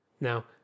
now